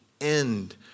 end